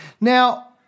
Now